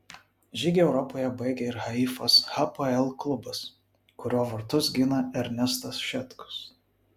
žygį europoje baigė ir haifos hapoel klubas kurio vartus gina ernestas šetkus